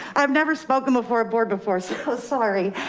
i've never spoken before a board before so sorry.